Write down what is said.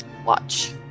watch